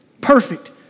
Perfect